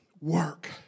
work